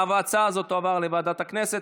ההצעה הזאת תועבר לוועדת הכנסת,